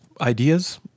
ideas